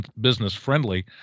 business-friendly